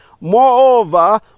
Moreover